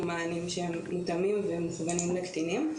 מענים שהם מותאמים ומותאמים ומכוונים לקטינים.